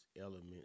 elements